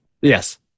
Yes